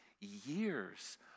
years